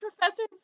professors